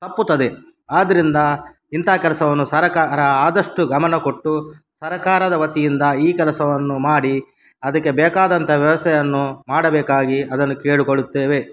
ತಪ್ಪುತ್ತದೆ ಆದ್ದರಿಂದ ಇಂಥ ಕೆಲಸವನ್ನು ಸರಕಾರ ಆದಷ್ಟು ಗಮನ ಕೊಟ್ಟು ಸರಕಾರದ ವತಿಯಿಂದ ಈ ಕೆಲಸವನ್ನು ಮಾಡಿ ಅದಕ್ಕೆ ಬೇಕಾದಂಥ ವ್ಯವಸ್ಥೆಯನ್ನು ಮಾಡಬೇಕಾಗಿ ಅದನ್ನು ಕೇಳಿಕೊಳ್ಳುತ್ತೇವೆ